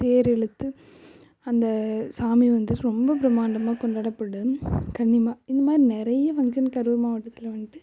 தேர் இழுத்து அந்த சாமி வந்து ரொம்ப பிரமாண்டமா கொண்டாடப்படும் கன்னிமார் இந்த மாதிரி நிறைய ஃபங்க்ஷன் கரூர் மாவட்டத்தில் வந்துட்டு